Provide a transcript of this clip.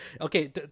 Okay